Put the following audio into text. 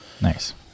nice